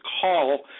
call